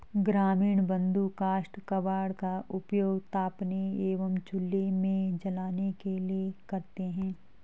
ग्रामीण बंधु काष्ठ कबाड़ का उपयोग तापने एवं चूल्हे में जलाने के लिए करते हैं